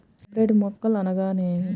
Hybrid మొక్కలు అనగానేమి?